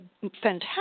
fantastic